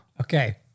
Okay